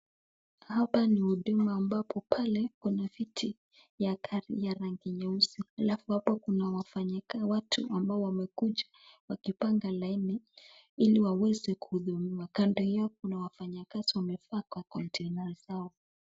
Hapa ni huduma ambapo pale kuna viti vya gari ya rangi nyeusi alafu hapa kuna wafanyikazi watu ambao wamekuja kupaga laini hili waweze kuhudumiwa, kando kuna wafanyikazi ambao wamefaa wakondazi .